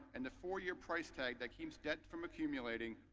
and the four year price tag that keeps debt from accumulating.